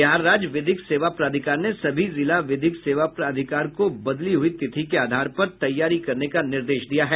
बिहार राज्य विधिक सेवा प्राधिकार ने सभी जिला विधिक सेवा प्राधिकार को बदली हुई तिथि के आधार पर तैयारी करने का निर्देश दिया है